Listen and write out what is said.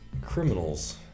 criminals